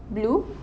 blue